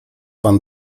pan